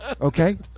okay